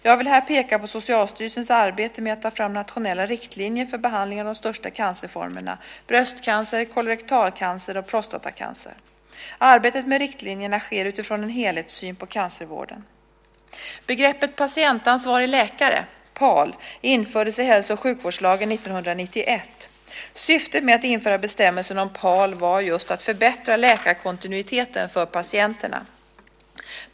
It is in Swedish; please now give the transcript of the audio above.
Jag vill här peka på Socialstyrelsens arbete med att ta fram nationella riktlinjer för behandling av de största cancerformerna, bröstcancer, kolorektal cancer och prostatacancer. Arbetet med riktlinjerna sker utifrån en helhetssyn på cancervården. Begreppet patientansvarig läkare, PAL, infördes i hälso och sjukvårdslagen 1991. Syftet med att införa bestämmelsen om PAL var just att förbättra läkarkontinuiteten för patienterna.